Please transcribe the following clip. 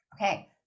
Okay